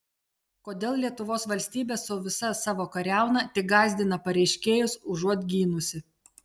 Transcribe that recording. kodėl lietuvos valstybė su visa savo kariauna tik gąsdina pareiškėjus užuot gynusi